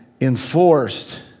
enforced